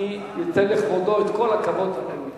אני אתן לכבודו את כל הכבוד הראוי.